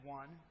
one